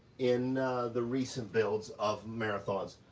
in the recent builds of marathons,